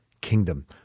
kingdom